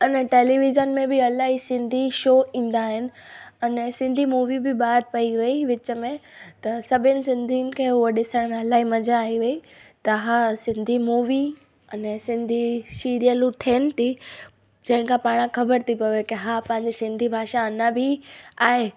अने टेलीविज़न में बि इलाही सिंधी शो ईंदा आहिनि अने सिंधी मूवी बि ॿाहिरि पेई वेई विच में त सभिनि सिंधियुनि खे हूअ ॾिसण इलाही मज़ा आई हुई त हा सिंधी मूवी अने सिंधी सीरियलूं थियनि थी जिनि खां पाणि ख़बर थी पिए की हा पंहिंजी सिंधी भाषा अञा बि आहे